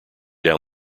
down